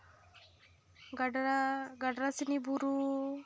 ᱜᱟᱰᱨᱟ ᱜᱟᱰᱨᱟᱥᱤᱱᱤ ᱵᱩᱨᱩ